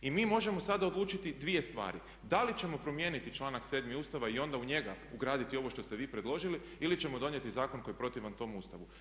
I mi možemo sada odlučiti dvije stvari, da li ćemo promijeniti članak 7. Ustava i onda u njega ugraditi ovo što ste vi predložili ili ćemo donijeti zakon koji je protivan tom Ustavu.